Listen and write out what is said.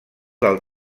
del